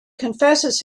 confesses